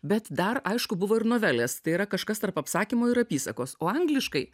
bet dar aišku buvo ir novelės tai yra kažkas tarp apsakymo ir apysakos o angliškai